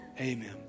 amen